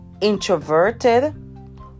introverted